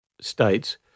states